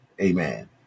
Amen